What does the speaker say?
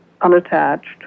unattached